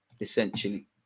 essentially